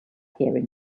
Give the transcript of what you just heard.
hearing